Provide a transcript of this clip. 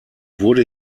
wurde